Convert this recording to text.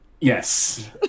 Yes